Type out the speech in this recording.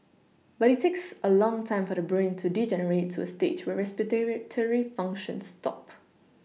but it takes a long time for the brain to degenerate to a stage where respiratory functions stop